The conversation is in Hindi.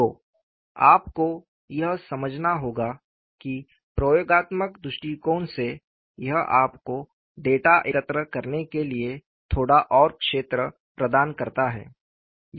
तो आपको यह समझना होगा कि प्रयोगात्मक दृष्टिकोण से यह आपको डेटा एकत्र करने के लिए थोड़ा और क्षेत्र प्रदान करता है